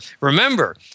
Remember